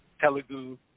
Telugu